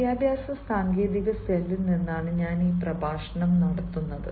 വിദ്യാഭ്യാസ സാങ്കേതിക സെല്ലിൽ നിന്നാണ് ഞാൻ ഈ പ്രഭാഷണം നടത്തുന്നത്